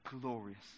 glorious